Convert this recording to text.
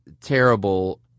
Terrible